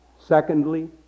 Secondly